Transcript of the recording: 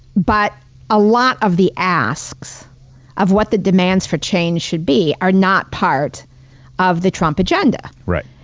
but a lot of the asks of what the demands for change should be are not part of the trump agenda. right.